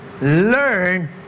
learn